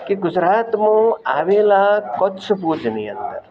કે ગુજરાતમાં આવેલાં કચ્છ ભુજની અંદર